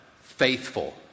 Faithful